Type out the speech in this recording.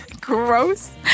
Gross